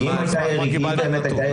אם באמת היתה ירידה בפדיון,